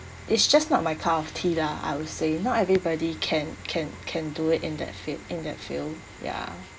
it's just not my cup of tea lah I would say not everybody can can can do it in that fi~ in their field ya